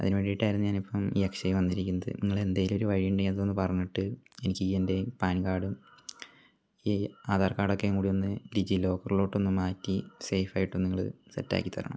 അതിനു വേണ്ടിയിട്ടായിരുന്നു ഞാൻ ഇപ്പം ഈ അക്ഷയയിൽ വന്നിരിക്കുന്നത് നിങ്ങൾ എന്തെങ്കിലും ഒരു വഴിയുണ്ടെങ്കിൽ അതൊന്ന് പറഞ്ഞിട്ട് എനിക്ക് ഈ എന്റെ പാൻ കാർഡും ഈ ആധാർ കാർഡ് ഒക്കെയും കൂടി ഒന്ന് ഡിജിലോക്കറിലോട്ട് ഒന്നു മാറ്റി സേഫായിട്ട് ഒന്നു നിങ്ങൾ സെറ്റ് ആക്കി തരണം